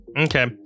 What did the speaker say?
okay